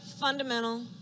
fundamental